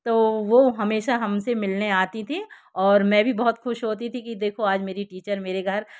तो वो हमेशा हमसे मिलने आती थीं और मैं भी बहुत खुश होती थी कि देखो आज मेरी टीचर मेरे घर